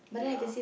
yeah